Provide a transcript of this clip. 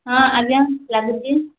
ହଁ ଆଜ୍ଞା ଲାଗୁଛି